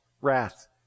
wrath